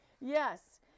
Yes